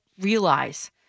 realize